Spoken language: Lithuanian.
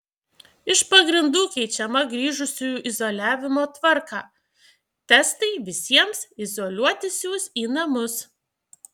iš pagrindų keičiama grįžusiųjų izoliavimo tvarką testai visiems izoliuotis siųs į namus